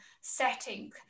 setting